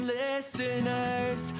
listeners